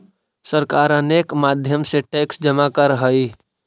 सरकार अनेक माध्यम से टैक्स जमा करऽ हई